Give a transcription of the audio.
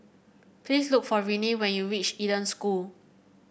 please look for Renee when you reach Eden School